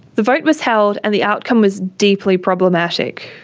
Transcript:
the vote was held, and the outcome was deeply problematic.